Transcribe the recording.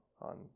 on